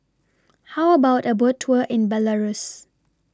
How about A Boat Tour in Belarus